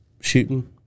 shooting